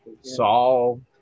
Saul